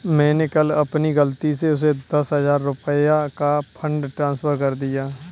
मैंने कल अपनी गलती से उसे दस हजार रुपया का फ़ंड ट्रांस्फर कर दिया